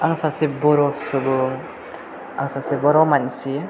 आं सासे बर' सुबुं आं सासे बर' मानसि